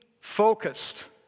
focused